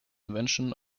invention